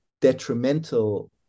detrimental